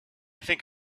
think